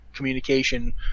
Communication